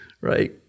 right